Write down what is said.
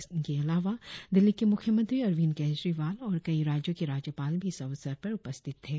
इनके अलावा दिल्ली के मुख्यमंत्री अरविंद केजरीवाल और कई राज्यों के राज्यपाल भी इस अवसर पर उपस्थित थे